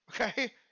okay